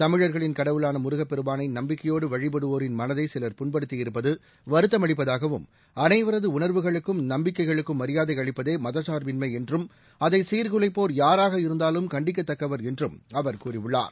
தமிழர்களின் கடவுளான முருகப் பெருமானை நம்பிக்கையோடு வழிபடுவோரின் மனதை சிவர் புண்படுத்தியிருப்பது வருத்தம் அளிப்பதாகவும் அனைவரது உணர்வுகளுக்கும் நம்பிக்கைகளுக்கும் மரியாதை அளிப்பதே மதச்சார்பின்மை என்றும் அதை சீர்குலைப்போர் யாராக இருந்தாலும் கண்டிக்கத்தக்கவர் என்றும் அவர் கூறியுள்ளார்